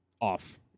off